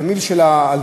התמהיל של ההלוואות,